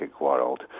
world